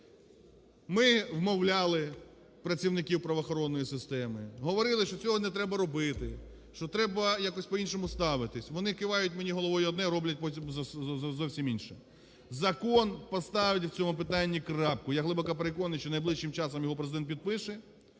Ми вмовляли працівників правоохоронної системи, говорили, що цього не треба робити, що треба якось по-іншому ставитися. Вони кивають мені головою одне, а роблять потім зовсім інше. Закон поставить у цьому питанні крапку. Я глибоко переконаний, що найближчим часом його Президент підпише.